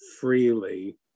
freely